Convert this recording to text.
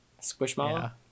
squishmallow